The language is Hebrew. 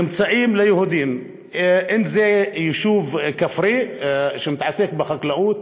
נמצאים ליהודים, אם זה יישוב כפרי שמתעסק בחקלאות,